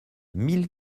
mille